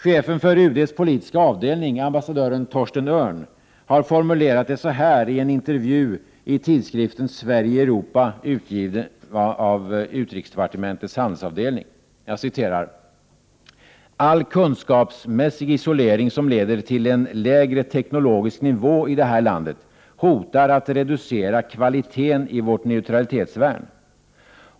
Chefen för UD:s politiska avdelning, ambassadören Torsten Örn, har formulerat det så här i en intervju i tidskriften Sverige i Europa, utgiven av utrikesdepartementets handelsavdelning: ”All kunskapsmässig isolering som leder till en lägre teknologisk nivå i det här landet hotar att reducera kvaliteten i vårt neutralitetsvärn.